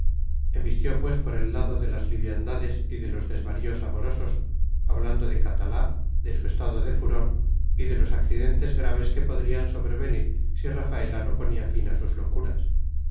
embistió pues por el lado de las liviandades y de los desvaríos amorosos hablando de catalá de su estado de furor y de los accidentes graves que podrían sobrevenir si rafaela no ponía fin a sus locuras